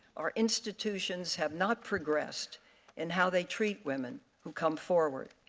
our institutions have not progressed and how they treat women who come forward.